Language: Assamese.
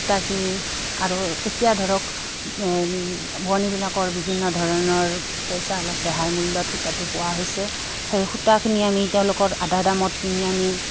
সূতাখিনি আৰু এতিয়া ধৰক বোৱনীবিলাকৰ বিভিন্ন ধৰণৰ পইচা অলপ ৰেহাই মূল্যত সূতাটো পোৱা হৈছে সেই সূতাখিনি আমি তেওঁলোকৰ আধা দামত কিনি আনি